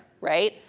right